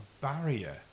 barrier